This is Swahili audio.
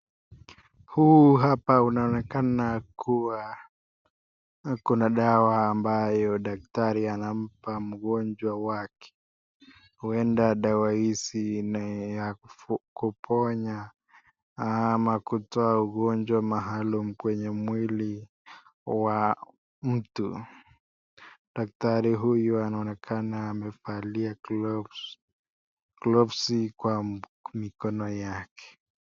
Huyo hapa anaonekana kuwa ako na dawa ambayo daktari anampa mgonjwa wake. Huenda dawa hizi ni ya kuponya ama kutoa ugonjwa maalum kwenye mwili wa mtu. Daktari huyu anaonekana amevalia gloves kwa mikono yake.